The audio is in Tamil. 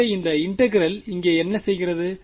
எனவே இந்த இன்டெகிரெல் இங்கே என்ன செய்கிறது